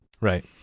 Right